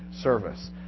Service